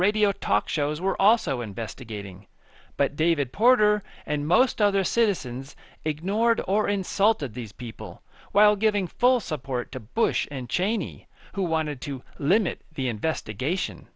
radio talk shows were also investigating but david porter and most other citizens ignored or insulted these people while giving full support to bush and cheney who wanted to limit the investigation